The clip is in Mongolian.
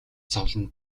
зовлон